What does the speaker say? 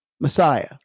messiah